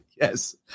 Yes